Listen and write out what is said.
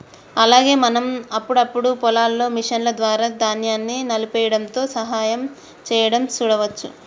అలాగే మనం అప్పుడప్పుడు పొలాల్లో మిషన్ల ద్వారా ధాన్యాన్ని నలిపేయ్యడంలో సహాయం సేయడం సూడవచ్చు